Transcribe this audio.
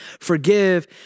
forgive